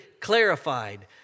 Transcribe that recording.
clarified